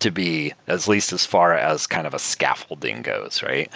to be at least as far as kind of a scaffolding goes, right?